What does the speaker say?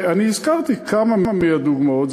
אני הזכרתי כמה מהדוגמאות,